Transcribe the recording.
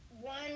one